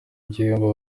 igihembo